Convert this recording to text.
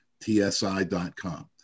TSI.com